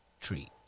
Treat